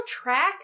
track